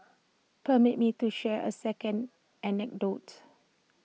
permit me to share A second anecdote